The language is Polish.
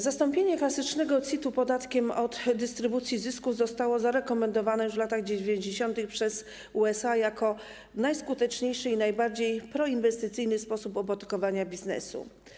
Zastąpienie klasycznego CIT-u podatkiem od dystrybucji zysków zostało zarekomendowane już w latach 90. przez USA jako najskuteczniejszy i najbardziej proinwestycyjny sposób opodatkowania biznesu.